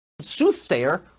...soothsayer